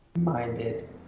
minded